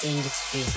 industry